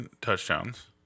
touchdowns